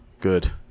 good